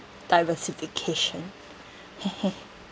diversification